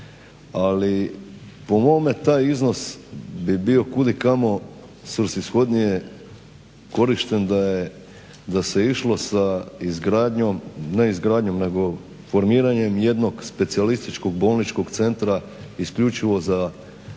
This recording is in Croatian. ali po mome taj iznos bi bio kudikamo svrsishodnije korišten da se išlo sa izgradnjom, ne izgradnjom nego formiranjem jednog specijalističkog bolničkog centra isključivo za tu